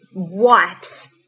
wipes